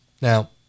Now